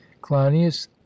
cleinias